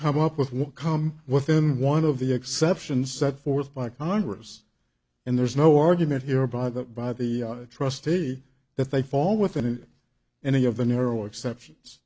come up with will come within one of the exceptions set forth by congress and there's no argument here by the by the trustee that they fall within any of the narrow exceptions